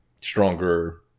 stronger